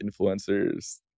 influencers